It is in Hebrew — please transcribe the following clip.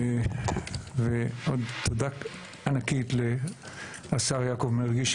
ותודה ענקית לשר יעקב מרגי,